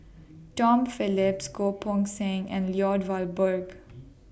Tom Phillips Goh Poh Seng and Lloyd Valberg